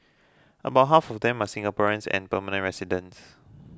about half of them are Singaporeans and permanent residents